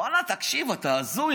בואנ'ה, תקשיב, אתה הזוי.